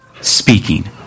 speaking